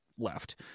Left